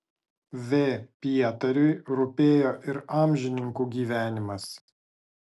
v pietariui rūpėjo ir amžininkų gyvenimas